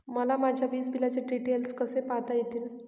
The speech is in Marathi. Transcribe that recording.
मला माझ्या वीजबिलाचे डिटेल्स कसे पाहता येतील?